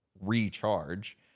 recharge